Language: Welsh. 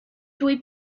dwy